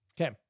Okay